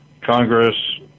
Congress